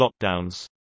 lockdowns